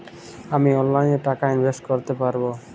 আমি অনলাইনে টাকা ইনভেস্ট করতে পারবো?